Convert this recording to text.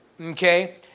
okay